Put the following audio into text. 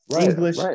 English